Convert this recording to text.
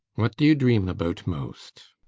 what do you dream about most?